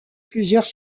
plusieurs